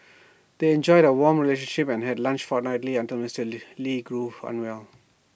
they enjoyed A warm relationship and had lunch fortnightly until Mister lee grew unwell